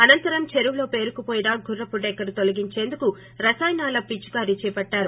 అనంతరం చెరువులో పేరుకుపోయిన గుర్రపు డెక్కను తొలగించేందుకు రసాయనాల పిచికారి చేపట్లారు